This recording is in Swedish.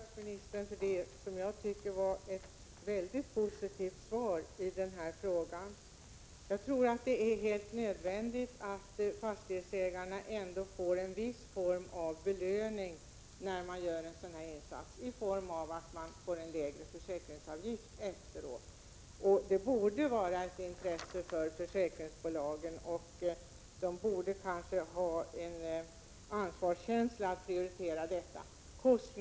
Fru talman! Jag vill tacka bostadsministern för det svaret, som jag tycker var mycket positivt. Jag tror att det är helt nödvändigt att fastighetsägarna om de gör en sådan här insats ändå får en viss belöning i form av en lägre försäkringsavgift efteråt. Det borde vara ett intresse för försäkringsbolagen. De borde känna ansvar för att prioritera sådana sänkningar.